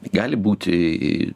gali būti